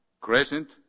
Crescent